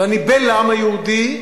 ואני בן לעם היהודי,